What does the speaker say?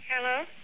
Hello